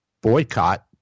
boycott